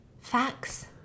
Facts